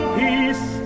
peace